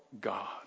God